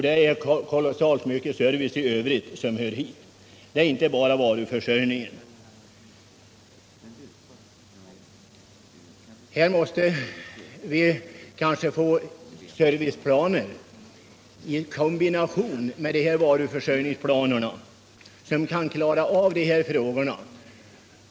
Det är kolossalt mycket service i övrigt — inte bara varuförsörjningen — som måste tillgodoses. Vi bör kanske få serviceplaner i kombination med varuförsörjningsplaner för att vi skall kunna klara av de här problemen.